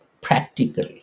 practical